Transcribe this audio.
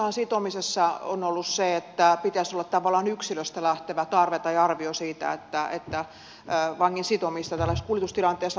lähtökohtahan sitomisessa on ollut se että pitäisi olla tavallaan yksilöstä lähtevä tarve tai arvio siitä että vangin sitomista tällaisessa kuljetustilanteessa tarvitaan